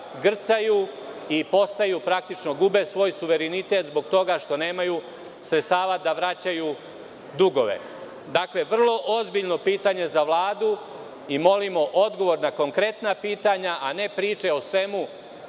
grcaju i praktično gube svoj suverenitet zbog toga što nemaju sredstava da vraćaju dugove. Dakle, vrlo ozbiljno pitanje za Vladu. Molimo odgovor na konkretna pitanja, a ne priče o svemu